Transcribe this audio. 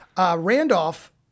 Randolph